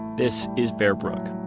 this is bear brook.